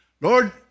Lord